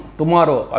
tomorrow